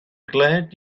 glad